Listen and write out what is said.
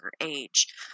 age